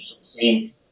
seen